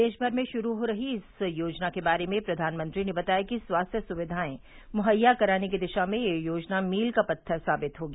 देश भर में शुरू हो रही इस योजना के बारे में प्रधानमंत्री ने बताया कि स्वास्थ्य सुविधाएं मुहैया कराने की दिशा में यह योजना मील का पत्थर साबित होगी